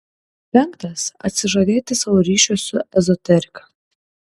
penktas atsižadėti savo ryšio su ezoterika